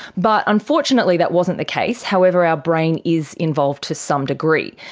but unfortunately that wasn't the case. however, our brain is involved to some degree.